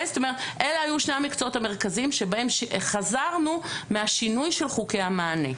אלה היו שני המקצועות המרכזיים שבהם חזרנו מהשינוי של חוקי המענה.